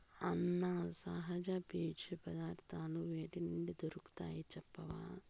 అన్నా, సహజ పీచు పదార్థాలు వేటి నుండి దొరుకుతాయి చెప్పవా